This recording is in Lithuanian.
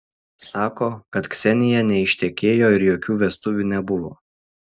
sako kad ksenija neištekėjo ir jokių vestuvių nebuvo